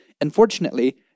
Unfortunately